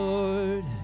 Lord